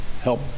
help